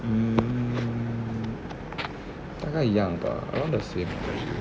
嗯大概一样的